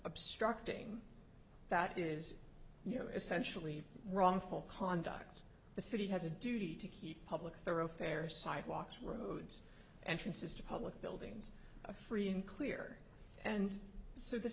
obstructing that is you know essentially wrongful conduct the city has a duty to keep public thoroughfare sidewalks roads entrances to public buildings a free and clear and so th